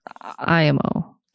IMO